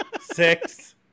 Six